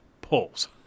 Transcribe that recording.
polls